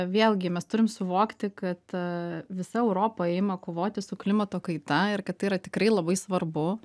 vėlgi mes turim suvokti kad visa europa ima kovoti su klimato kaita ir kad tai yra tikrai labai svarbu